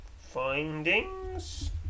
findings